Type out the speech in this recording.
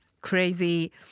crazy